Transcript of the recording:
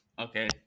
Okay